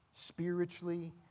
Spiritually